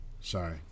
Sorry